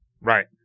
Right